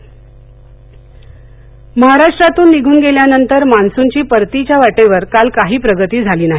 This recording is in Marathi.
हवामान महाराष्ट्रातून निघुन गेल्यानंतर मान्सूनची परतीच्या वाटेवर काल काही प्रगती झाली नाही